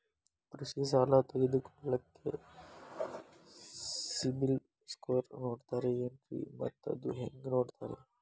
ಕೃಷಿ ಸಾಲ ತಗೋಳಿಕ್ಕೆ ಸಿಬಿಲ್ ಸ್ಕೋರ್ ನೋಡ್ತಾರೆ ಏನ್ರಿ ಮತ್ತ ಅದು ಹೆಂಗೆ ನೋಡ್ತಾರೇ?